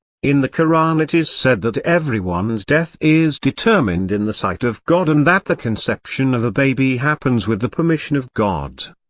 in the koran it is said that everyone's death is determined in the sight of god and that the conception of a baby happens with the permission of god.